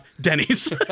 denny's